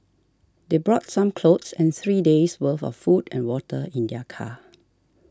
they brought some clothes and three days' worth of food and water in their car